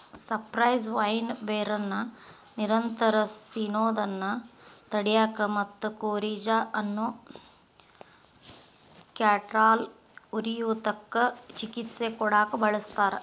cypress vine ಬೇರನ್ನ ನಿರಂತರ ಸಿನೋದನ್ನ ತಡ್ಯಾಕ ಮತ್ತ ಕೋರಿಜಾ ಅನ್ನೋ ಕ್ಯಾಟರಾಲ್ ಉರಿಯೂತಕ್ಕ ಚಿಕಿತ್ಸೆ ಕೊಡಾಕ ಬಳಸ್ತಾರ